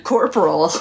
Corporal